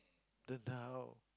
then how